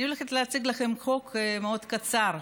אני הולכת להציג לכם חוק מאוד קצר,